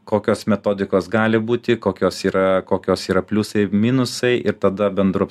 kokios metodikos gali būti kokios yra kokios yra pliusai minusai ir tada bendru